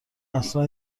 اصلا